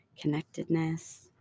connectedness